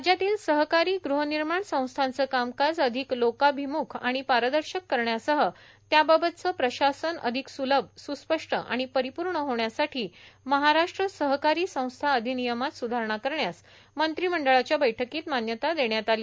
राज्यातील सहकारी ग्रहनिर्माण संस्थांचं कामकाज अधिक लोकाभिम्रुख आणि पारदर्शक करण्यासह त्याबाबतचे प्रशासन अधिक सुलभ सुस्पष्ट आणि परिपूर्ण होण्यासाठी महाराष्ट्र सहकारी संस्था अधिनियमात सुधारणा करण्यास मंत्रिमंडळाच्या कालच्या बैठकीत मान्यता देण्यात आली